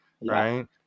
right